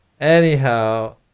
anyhow